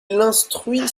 instruit